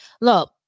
Look